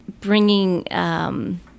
bringing